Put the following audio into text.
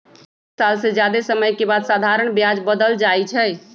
एक साल से जादे समय के बाद साधारण ब्याज बदल जाई छई